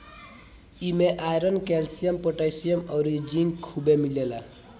इमे iron, calcium, potassium अउरी zinc खुबे मिलेला